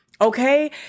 Okay